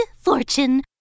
fortune